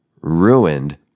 ruined